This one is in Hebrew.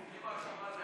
אצלי ברשימה זה,